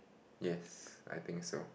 yes I think so